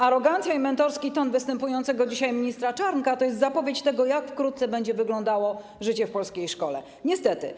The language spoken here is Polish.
Arogancja i mentorski ton występującego dzisiaj ministra Czarnka są zapowiedzią tego, jak wkrótce będzie wyglądało życie w polskiej szkole - niestety.